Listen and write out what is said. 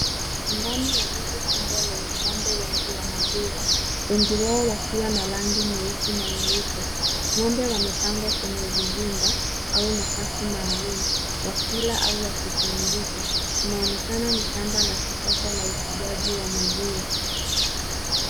Ndani ya zizi kubwa lenye ng’ombe wengi wa maziwa. Wengi wao wakiwa na rangi nyeusi na nyeupe. Ng’ombe wamepangwa kwenye vizimba au nafasi maalum, wakila au wakipumzika. Inaonekana ni shamba la kisasa la ufugaji wa maziwa.